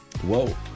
Whoa